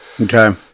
Okay